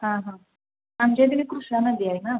हां हां आमच्या इथे ना कृष्णा नदी आहे ना